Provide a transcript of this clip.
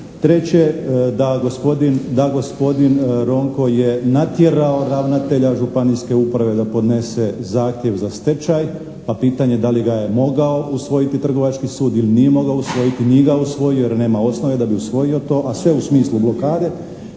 Treće, da gospodin Ronko je natjerao ravnatelja županijske uprave da podnese zahtjev za stečaj, a pitanje je da li ga je mogao usvojiti trgovački sud ili nije mogao usvojiti. Nije ga usvojio jer nema osnove da bi usvojio to, a sve u smislu blokade.